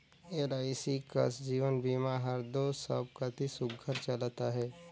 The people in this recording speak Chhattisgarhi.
एल.आई.सी कस जीवन बीमा हर दो सब कती सुग्घर चलत अहे